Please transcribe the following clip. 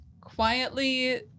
quietly